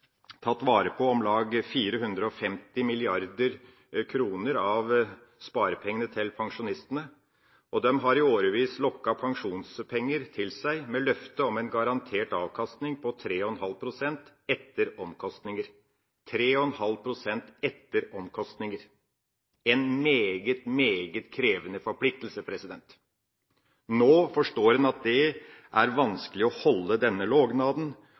tatt vare på om lag 450 mrd. kr av pensjonistenes sparepenger, og de har i årevis lokket pensjonspenger til seg med løfte om en garantert avkastning på 3,5 pst. etter omkostninger – en meget, meget krevende forpliktelse. Nå forstår de at det er vanskelig å holde denne